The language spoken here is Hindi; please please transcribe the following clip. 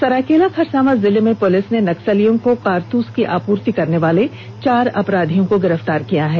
सरायकेला खरसावां जिले की पुलिस ने नक्सलियों को कारतूस की आपूर्ति करनेवाले चार अपराधियों को गिरफ्तार किया है